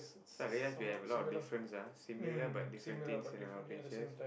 so I realise we have a lot of difference ah similar but different things in our pictures